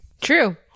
True